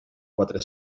quatre